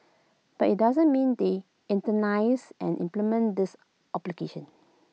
but IT doesn't mean they internalise and implement these obligation